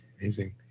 Amazing